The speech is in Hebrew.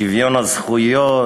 שוויון הזכויות.